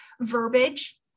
verbiage